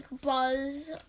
Buzz